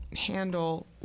handle